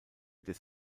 des